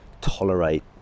tolerate